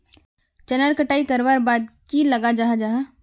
चनार कटाई करवार बाद की लगा जाहा जाहा?